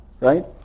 right